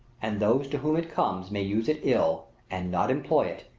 and those to whom it comes may use it ill and not employ it,